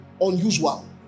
unusual